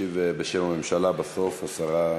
תשיב בשם הממשלה בסוף השרה שקד.